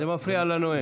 זה מפריע לנואם.